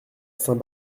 saint